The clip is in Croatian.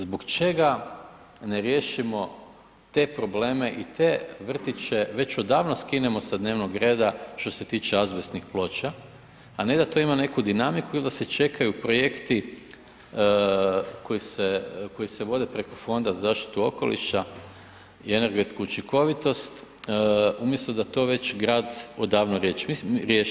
Zbog čega ne riješimo te probleme i te vrtiće već odavno skinemo sa dnevnog reda što se tiče azbestnih ploča, a ne da to ima neku dinamiku ili da se čekaju projekti koji se vode preko Fonda za zaštitu okoliša i energetsku učinkovitost, umjesto da to već grad odavno riješi.